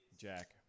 Jack